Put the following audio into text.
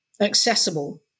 accessible